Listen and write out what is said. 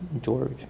George